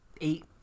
eight